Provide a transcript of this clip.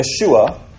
Yeshua